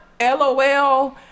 LOL